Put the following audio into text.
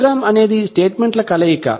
programme అనేది statement ల కలయిక